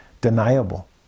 deniable